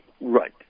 right